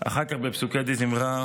ואחר כך בפסוקי דזמרה,